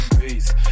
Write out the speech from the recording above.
peace